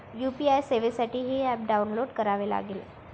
UPI सेवेसाठी हे app download करावे लागेल